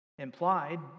Implied